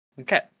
Okay